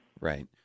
Right